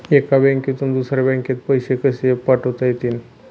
एका बँकेतून दुसऱ्या बँकेत पैसे कसे पाठवता येतील?